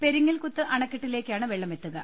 പെരിങ്ങൽകുത്ത് അണക്കെട്ടിലേക്കാണ് വെള്ളമെത്തുക